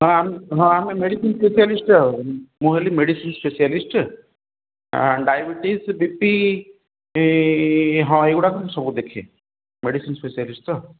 ହଁ ଆମେ ହଁ ଆମେ ମେଡ଼ିସିନ୍ ସ୍ପେଶାଲିଷ୍ଟ୍ ମୁଁ ହେଲି medicine specialist diabetes B P ହଁ ଏଗୁଡ଼ିକ ସବୁ ଦେଖେ ମେଡ଼ିସିନ୍ ସ୍ପେଶାଲିଷ୍ଟ୍ ତ